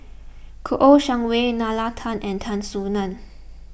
Kouo Shang Wei Nalla Tan and Tan Soo Nan